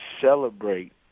celebrate